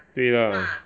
对 lah